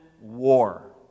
war